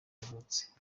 yavutse